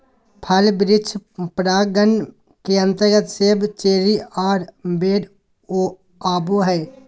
फल वृक्ष परागण के अंतर्गत सेब, चेरी आर बेर आवो हय